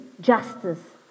justice